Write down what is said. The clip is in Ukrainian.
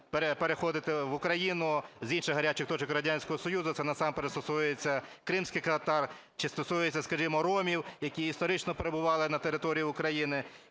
переходити в Україну з інших гарячих точок Радянського Союзу. Це насамперед стосується кримських татар чи стосується, скажімо, ромів, які історично перебували на території України,